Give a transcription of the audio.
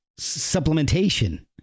supplementation